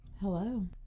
hello